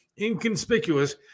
inconspicuous